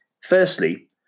firstly